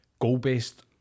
goal-based